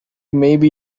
maybe